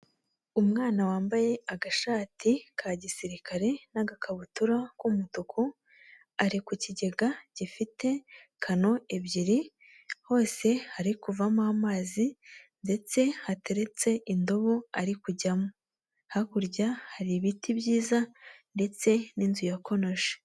Umwana wambaye agashati ka gisirikare n'agakabutura k'umutuku ari ku kigega gifite kano ebyiri hose hari kuvamo amazi ndetse hateretse indobo ari kujyamo hakurya hari ibiti byiza ndetse n'inzu ya konoshi.